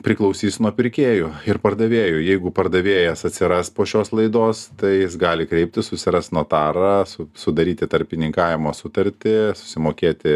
priklausys nuo pirkėjų ir pardavėjų jeigu pardavėjas atsiras po šios laidos tai jis gali kreiptis susirast notarą su sudaryti tarpininkavimo sutartį susimokėti